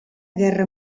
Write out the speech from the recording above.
guerra